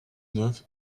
neuf